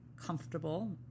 comfortable